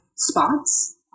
Spots